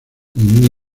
muy